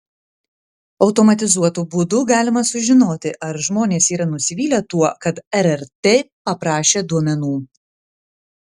automatizuotu būdu galima sužinoti ar žmonės yra nusivylę tuo kad rrt paprašė duomenų